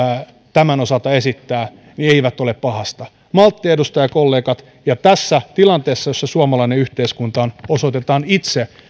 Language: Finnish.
tämän osalta esittää eivät ole pahasta malttia edustajakollegat ja tässä tilanteessa jossa suomalainen yhteiskunta on osoitetaan itse